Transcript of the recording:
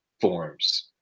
forms